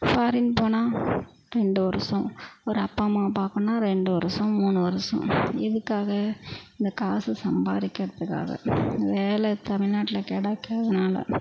foreign போனால் ரெண்டு வருஷம் ஒரு அப்பா அம்மாவை பார்க்கணுன்னா ரெண்டு வருஷம் மூணு வருஷம் எதுக்காக இந்த காசு சம்பாதிக்கிறதுக்காக வேலை தமிழ் நாட்டில் கிடைக்காதனால